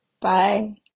Bye